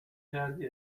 کردی